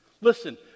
Listen